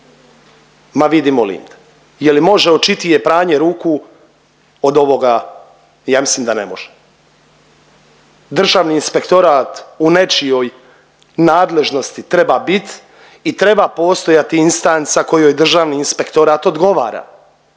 ma vidi molim te. Je li može očitije pranje ruku od ovoga? Ja mislim da ne može. Državni inspektorat u nečijoj nadležnosti treba bit i treba postajati instanca kojoj Državni inspektorat odgovara